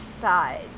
side